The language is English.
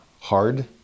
hard